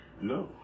No